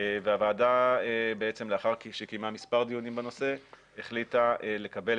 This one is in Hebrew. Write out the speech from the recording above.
והוועדה בעצם לאחר שקיימה מספר דיונים בנושא החליטה לקבל